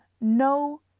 no